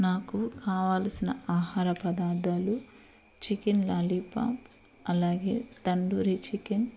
నాకు కావలసిన ఆహార పదార్థాలు చికెన్ లాలీపాప్ అలాగే తండూరి చికెన్